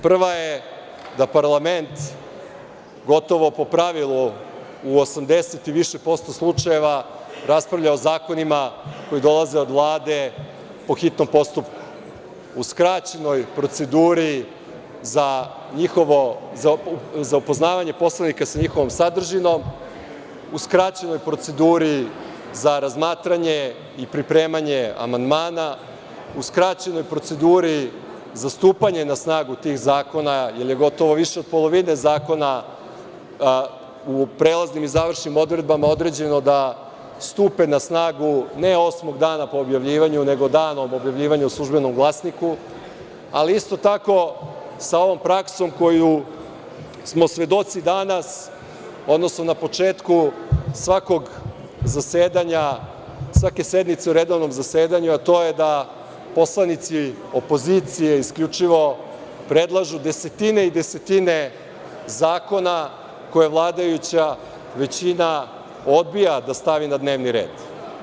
Prva je da parlament gotovo po pravilu u 80 i više posto slučajeva raspravlja o zakonima koji dolaze od Vlade po hitnom postupku, u skraćenoj proceduri za upoznavanje poslanika sa njihovom sadržinom, u skraćenoj proceduri za razmatranje i pripremanje amandmana, u skraćenoj proceduri za stupanje na snagu tih zakona, jer je gotovo više od polovine zakona u prelaznim i završnim odredbama određeno da stupe na snagu ne osmog dana po objavljivanju, nego dan od objavljivanja u „Službenom glasniku“, ali isto tako sa ovom praksom koju smo svedoci danas, odnosno na početku svakog zasedanja, svake sednice u redovnom zasedanju, a to j da poslanici opozicije isključivo predlažu desetine i desetine zakona koje vladajuća većina odbija da stavi na dnevni red.